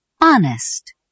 Honest